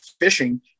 fishing